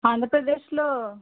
ఆంధ్రప్రదేశ్లో